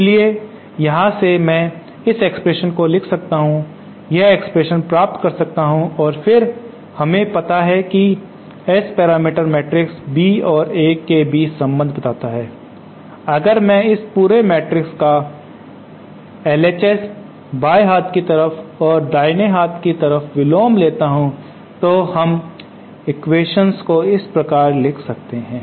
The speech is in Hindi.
इसलिए यहां से मैं इस एक्सप्रेशन को लिख सकता हूं यह एक्सप्रेशन प्राप्त कर सकता हूं और फिर हमें पता है कि S पैरामीटर मैट्रिक्स B और A के बीच संबंध बताता है अगर मैं इस पूरे मैट्रिक्स का L H S बाएँ हाथ की तरफ और दाहिने हाथ की तरफ विलोम लेता हूं तो हम एक्वेशन को इस प्रकार लिख सकते हैं